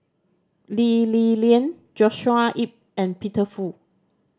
Lee Li Lian Joshua Ip and Peter Fu